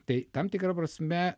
tai tam tikra prasme